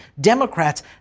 Democrats